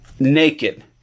Naked